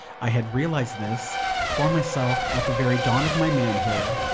i had realised this for myself at the very dawn of my manhood,